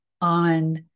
on